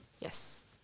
Yes